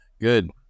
Good